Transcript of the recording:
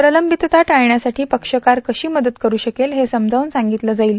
प्रलंबितता टाळण्यासाठी पक्षकार कशी मदत करु शकेल हे समजावून सांगितलं जाईल